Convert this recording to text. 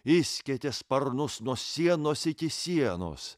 išskėtė sparnus nuo sienos iki sienos